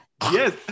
Yes